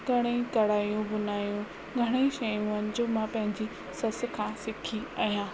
घणेई कढ़ाइयूं बुनाइयूं घणेई शयुनि जो मां पंहिंजी ससु खां सिखी आहियां